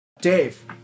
Dave